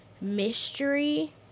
mystery